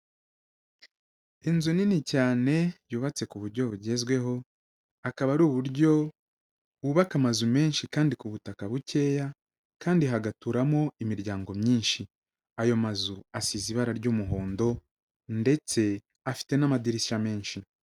Inzu nini cyane yubatse ku buryo bugezweho akaba ari uburyo, wubaka amazu menshi kandi ku butaka bukeya, kandi hagaturamo imiryango myinshi. Ayo mazu asize ibara ry'umuhondo, ndetse afite n'amadirishya menshi.